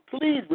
Please